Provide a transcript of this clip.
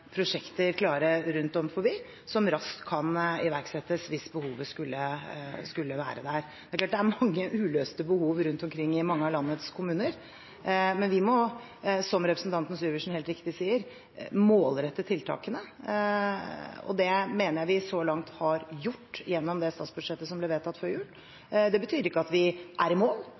prosjekter klare rundt omkring som raskt kan iverksettes hvis behovet skulle være der. Det er klart det er mange uløste behov rundt omkring i mange av landets kommuner, men vi må, som representanten Syversen helt riktig sier, målrette tiltakene, og det mener jeg vi så langt har gjort gjennom det statsbudsjettet som ble vedtatt før jul. Det betyr ikke at vi er i mål.